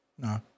No